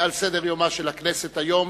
על סדר-יומה של הכנסת היום,